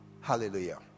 Hallelujah